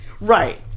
right